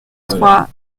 trois